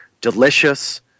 delicious